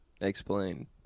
Explain